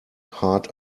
heart